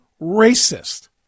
racist